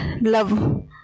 love